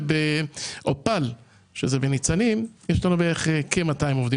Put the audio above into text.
ובאופל בניצנים כ-200 עובדים.